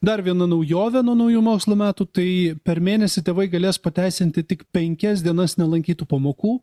dar viena naujovė nuo naujų mokslo metų tai per mėnesį tėvai galės pateisinti tik penkias dienas nelankytų pamokų